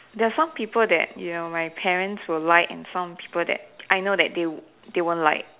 there are some people that you know my parents will like and some people that I know that they they won't like